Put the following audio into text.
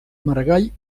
margall